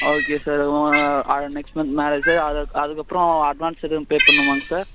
okay sir ஓ next month marriage sir அதுக் அதுக்கப்பறம் அட்வான்ஸ் எதுவும் பே பண்ணுமாங்க சார்